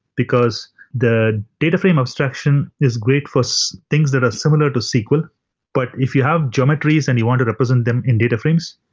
because the data frame abstraction is great for so things that are similar to sql but if you have geometries and you want to represent them in data frames,